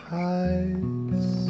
heights